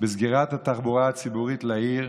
בסגירת התחבורה הציבורית לעיר,